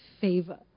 favor